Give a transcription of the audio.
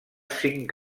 cinc